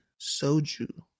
soju